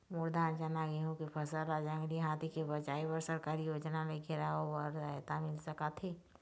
मोर धान चना गेहूं के फसल ला जंगली हाथी ले बचाए बर सरकारी योजना ले घेराओ बर सहायता मिल सका थे?